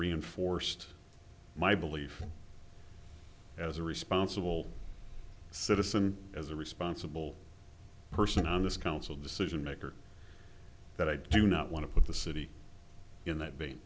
reinforced my belief as a responsible citizen as a responsible person on this council decision maker that i do not want to put the city in that vein